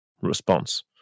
response